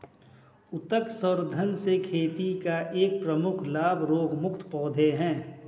उत्तक संवर्धन से खेती का एक प्रमुख लाभ रोगमुक्त पौधे हैं